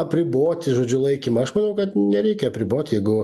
apriboti žodžiu laikymą aš manau kad nereikia apribot jeigu